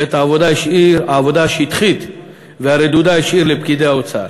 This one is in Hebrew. ואת העבודה השטחית והרדודה השאיר לפקידי האוצר.